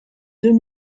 deux